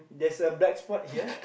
there's a black spot here